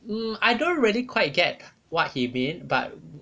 um I don't really quite get what he mean but